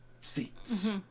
seats